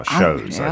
shows